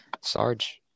Sarge